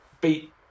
beat